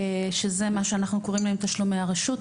שזה מה שאנחנו קוראים להם תשלומי הרשות,